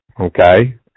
Okay